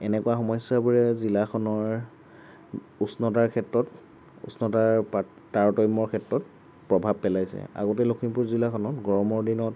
এনেকুৱা সমস্যাবোৰে জিলাখনৰ উষ্ণতাৰ ক্ষেত্ৰত উষ্ণতাৰ পা তাৰতম্যৰ ক্ষেত্ৰত প্ৰভাৱ পেলাইছে আগতে লখিমপুৰ জিলাখনত গৰমৰ দিনত